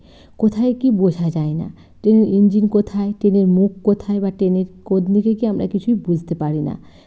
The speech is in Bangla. কোথায় কী বোঝা যায় না ট্রেনের ইঞ্জিন কোথায় ট্রেনের মুখ কোথায় বা ট্রেনের কোন দিকে কী আমরা কিছুই বুঝতে পারি না